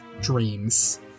dreams